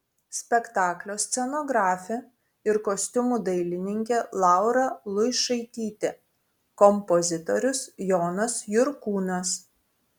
spektaklio scenografė ir kostiumų dailininkė laura luišaitytė kompozitorius jonas jurkūnas